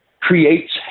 creates